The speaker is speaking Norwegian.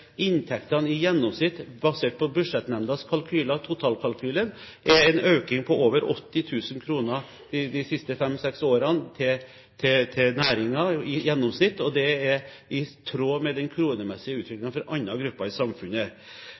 inntektene i næringen, basert på Budsjettnemndas kalkyler – totalkalkyler – i gjennomsnitt har økt med over 80 000 kr de siste fem–seks årene, og det er i tråd med den kronemessige utviklingen for andre grupper i samfunnet.